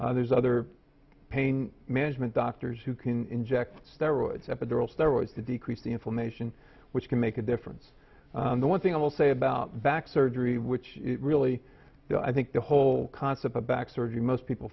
surgeons there's other pain management doctors who can inject steroids epidural steroids to decrease the inflammation which can make a difference the one thing i will say about back surgery which really i think the whole concept of back surgery most people